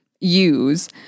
use